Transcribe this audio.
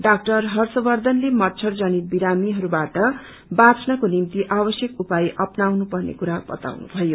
डा हर्षवर्षनले मच्छर जनित बिमारीहरूबाट बाँच्नको निम्ति आवश्यक उपाय अपनाउनु पर्ने कुरा बताउनुभयो